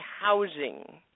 housing